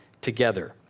together